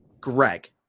Greg